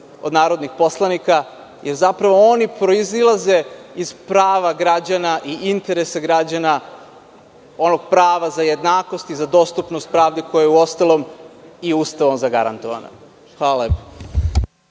od narodnih poslanika jer zapravo oni proizilaze iz prava građana i interesa građana, onog prava za jednakost i za dostupnost pravde koja je, uostalom, i Ustavom zagarantovana. Hvala lepo.